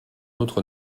autre